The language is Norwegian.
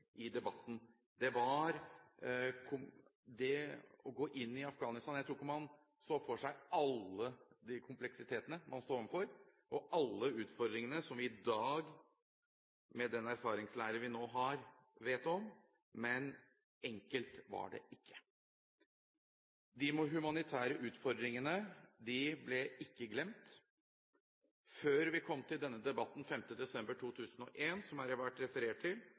man så for seg alle de kompleksitetene og utfordringene man sto overfor, men som vi i dag, med den erfaringen vi nå har, vet om – men enkelt var det ikke. De humanitære utfordringene ble ikke glemt. Før vi kom til debatten 5. desember 2001, som det har vært referert til,